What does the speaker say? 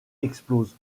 explose